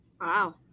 Wow